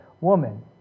woman